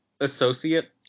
associate